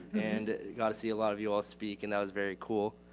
and got to see a lot of you all speak. and that was very cool.